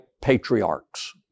patriarchs